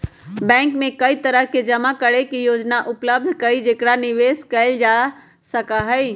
bank में कई तरह के जमा करे के योजना उपलब्ध हई जेकरा निवेश कइल जा सका हई